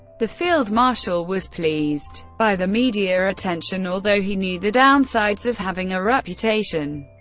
the field marshal was pleased by the media attention, although he knew the downsides of having a reputation.